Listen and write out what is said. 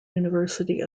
university